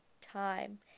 time